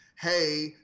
hey